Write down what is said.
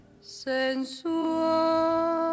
sensual